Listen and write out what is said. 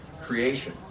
Creation